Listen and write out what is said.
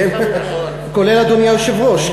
כולל אדוני היושב-ראש,